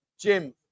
Jim